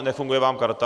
Nefunguje vám karta?